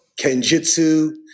kenjutsu